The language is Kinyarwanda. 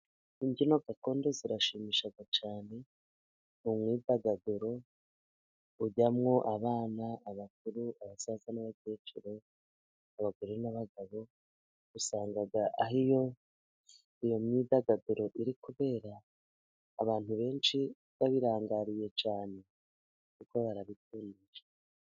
Imbyino gakondo zirashimisha cyane ni imyidagaduro ujyamwo: abana abakuru, abasaza n'abakecuru ,abagore n'abagabo usanga aho iyo ,iyo myidagaduro iri kubera ,abantu benshi babirangariye cyane kuko barabikora.